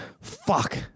Fuck